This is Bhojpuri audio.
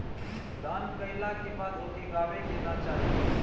दान कइला के बाद ओके गावे के ना चाही